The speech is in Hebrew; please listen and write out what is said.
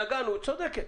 צודקת.